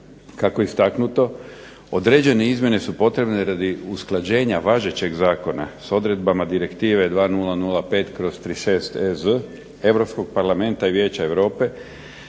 Kako je istaknuto određene izmjene su potrebne radi usklađenja važećeg zakona s odredbama Direktive 2005/36-EZ Europskog parlamenta i Vijeća Europe